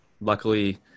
luckily